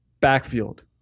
backfield